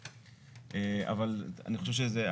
אבל אני חושב שזה,